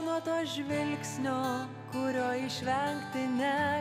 nuo to žvilgsnio kurio išvengti ne